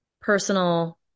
personal